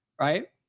right